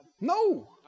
No